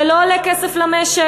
זה לא עולה כסף למשק,